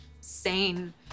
sane